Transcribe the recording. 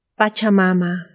Pachamama